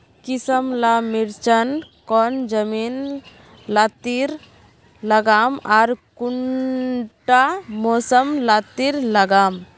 किसम ला मिर्चन कौन जमीन लात्तिर लगाम आर कुंटा मौसम लात्तिर लगाम?